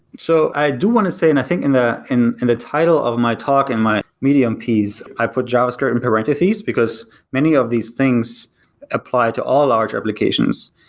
so i do want to say, and i think in the in and the title of my talk and my medium piece, i put javascript in parentheses, because many of these things apply to all large applications.